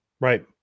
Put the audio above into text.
right